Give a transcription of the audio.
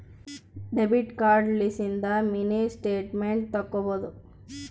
debit card ಲಿಸಿಂದ mini statement ತಕ್ಕೊಬೊದು